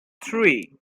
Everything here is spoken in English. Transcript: three